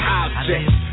objects